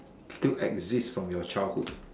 still exist from your childhood